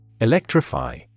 Electrify